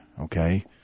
okay